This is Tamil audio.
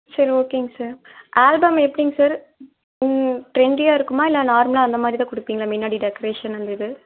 சரி ஓகேங்க சார் ஆல்பம் எப்படிங்க சார் ட்ரெண்டியாக இருக்குமா இல்லை நார்மலாக அந்த மாதிரிதான் கொடுப்பீங்களா முன்னாடி டெக்ரேஷன் அந்த இது